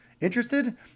Interested